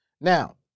Now